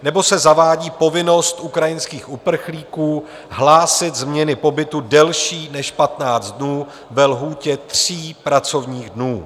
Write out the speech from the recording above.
Nebo se zavádí povinnost ukrajinských uprchlíků hlásit změny pobytu delší než 15 dnů ve lhůtě 3 pracovních dnů.